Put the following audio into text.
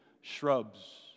shrubs